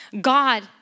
God